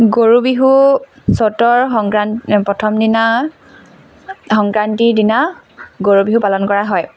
গৰু বিহু চ'তৰ সংক্ৰান প্ৰথম দিনা সংক্ৰান্তিৰ দিনা গৰু বিহু পালন কৰা হয়